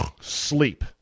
sleep